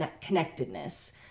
connectedness